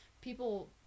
People